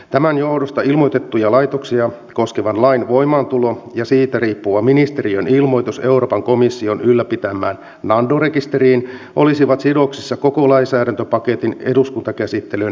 tämän johdosta ilmoitettuja laitoksia koskevan lain voimaantulo ja siitä riippuva ministeriön ilmoitus euroopan komission ylläpitämään nando rekisteriin olisivat sidoksissa koko lainsäädäntöpaketin eduskuntakäsittelyn aikatauluun